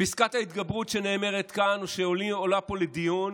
פסקת ההתגברות שנאמרת כאן ושעולה פה לדיון